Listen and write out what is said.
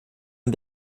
und